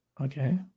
Okay